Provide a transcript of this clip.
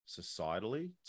societally